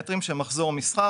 מחזור מסחר,